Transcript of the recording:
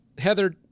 Heather